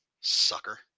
sucker